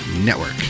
network